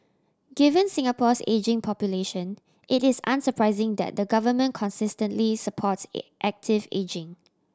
given Singapore's ageing population it is unsurprising that the government consistently supports active ageing